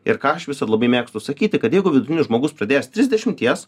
ir ką aš visad labai mėgstu sakyti kad jeigu vidutinis žmogus pradės trisdešimties